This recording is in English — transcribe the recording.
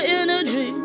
energy